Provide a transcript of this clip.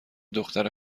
دختر